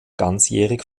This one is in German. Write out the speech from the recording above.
ganzjährig